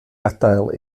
adael